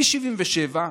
מ-1977,